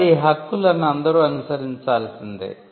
కాబట్టి ఈ హక్కులను అందరూ అనుసరించాల్సిందే